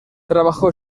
trabajó